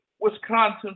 Wisconsin